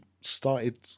started